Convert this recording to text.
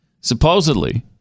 supposedly